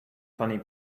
funny